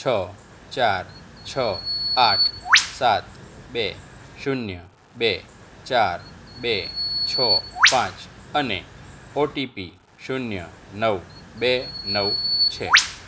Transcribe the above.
છ ચાર છ આઠ સાત બે શૂન્ય બે ચાર બે છ પાંચ અને ઓટીપી શૂન્ય નવ બે નવ છે